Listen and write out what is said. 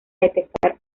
detectar